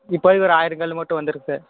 இப்போதைக்கு ஒரு ஆயிரம் கல்லு மட்டும் வந்துயிருக்கு